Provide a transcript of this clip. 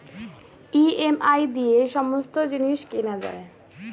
EMI দিয়ে সমস্ত জিনিস কেনা যায়